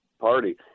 Party